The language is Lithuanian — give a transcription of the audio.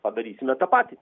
padarysime tą patį